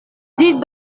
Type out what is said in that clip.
dis